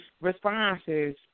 responses